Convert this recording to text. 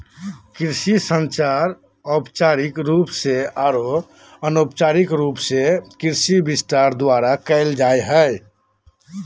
कृषि संचार औपचारिक रूप से आरो अनौपचारिक रूप से कृषि विस्तार द्वारा कयल जा हइ